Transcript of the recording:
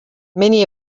many